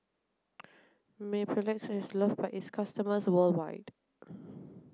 Mepilex is loved by its customers worldwide